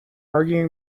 arguing